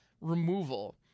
removal